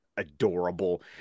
adorable